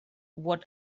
what